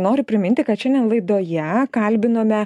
noriu priminti kad šiandien laidoje kalbinome